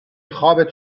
خوابت